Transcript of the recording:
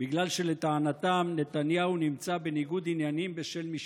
בגלל שלטענתם נתניהו נמצא בניגוד עניינים בשל משפטו.